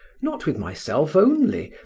not with myself only,